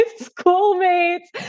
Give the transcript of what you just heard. schoolmates